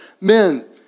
men